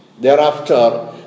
Thereafter